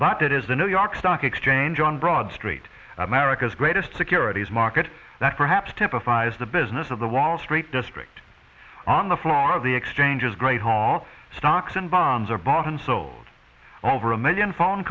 it is the new york stock exchange on broad street america's greatest securities market that perhaps typifies the business of the wall street district on the floor of the exchanges great hall stocks and bonds are bought and sold over a million phone